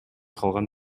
калган